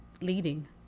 leading